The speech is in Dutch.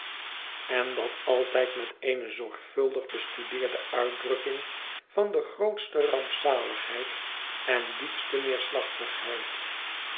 en dat altijd t mvmmmh ii et verlaten huis met eene zorgvuldig bestudeerde uitdrukking van de grootste rampzaligheid en diepste neerslachtigheid